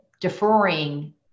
deferring